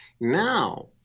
Now